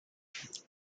yes